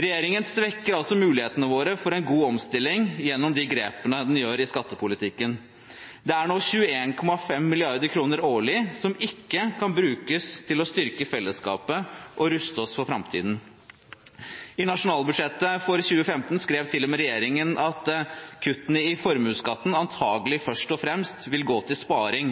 Regjeringen svekker altså mulighetene våre for en god omstilling gjennom de grepene den gjør i skattepolitikken. Det er nå 21,5 mrd. kr årlig som ikke kan brukes til å styrke fellesskapet og ruste oss for framtiden. I nasjonalbudsjettet for 2015 skrev til og med regjeringen at kuttene i formuesskatten antakelig først og fremst vil gå til sparing,